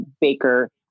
baker